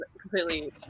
completely